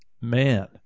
man